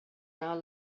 our